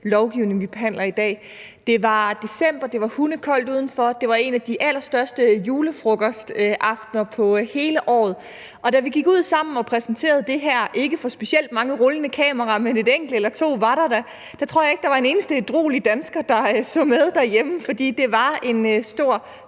lovgivning, vi behandler i dag. Det var i december, det var hundekoldt udenfor, det var en af de allerstørste julefrokostaftener på hele året, og da vi gik ud sammen og præsenterede det her for ikke specielt mange rullende kameraer, men et enkelt eller to var der da, tror jeg ikke, der var en eneste ædruelig dansker, der så med derhjemme, for det var en stor